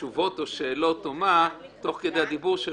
תשובות או שאלות תוך כדי הדיבור,